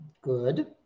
Good